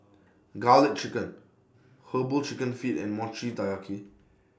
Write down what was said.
Garlic Chicken Herbal Chicken Feet and Mochi Taiyaki